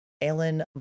Alan